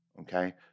okay